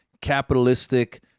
capitalistic